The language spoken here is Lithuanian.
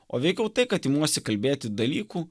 o veikiau tai kad imuosi kalbėti dalykų